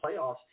playoffs